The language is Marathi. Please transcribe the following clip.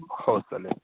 हो चालेल